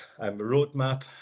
roadmap